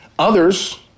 Others